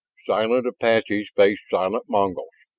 silent apaches faced silent mongols,